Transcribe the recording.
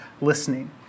listening